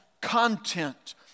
content